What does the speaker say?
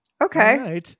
Okay